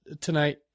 tonight